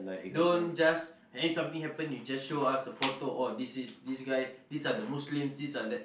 don't just anything something happen you just show us the photo oh this is this guy these are the Muslims these are that